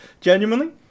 genuinely